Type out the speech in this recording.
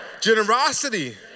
generosity